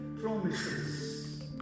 promises